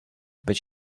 but